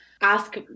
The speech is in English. ask